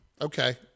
Okay